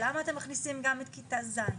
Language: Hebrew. למה אתם מכניסים גם את כיתה ז'?